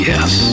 Yes